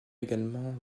également